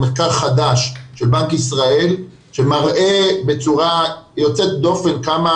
מחקר חדש של בנק ישראל שמראה בצורה יוצאת דופן כמה